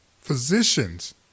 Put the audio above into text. physicians